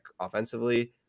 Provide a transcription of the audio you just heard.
offensively